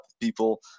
people